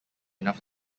enough